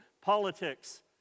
politics